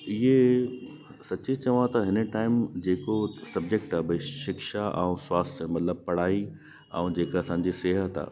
इहे सची चवां त हिन टाइम जेको सबजेक्ट आहे भाई शिक्षा ऐं स्वास्थ्य जेका मतिलबु पढ़ाई ऐं जेका असांजी सिहतु आहे